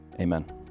Amen